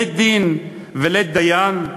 לית דין ולית דיין?